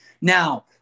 now